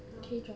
!huh!